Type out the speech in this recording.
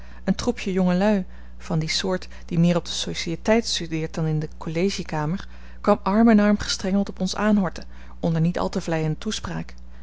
een troepje jongelui van die soort die meer op de sociëteit studeert dan in de collegiekamer kwam arm in arm gestrengeld op ons aanhorten onder niet al te vleiende toespraak